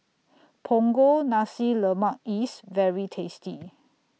Punggol Nasi Lemak IS very tasty